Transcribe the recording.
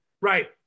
Right